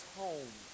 home